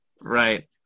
Right